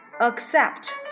Accept